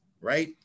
right